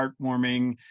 heartwarming